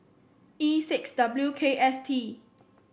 E six W K S T